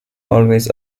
always